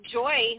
joy